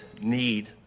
need